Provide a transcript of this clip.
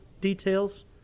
details